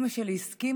אימא שלי הסכימה,